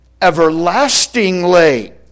everlastingly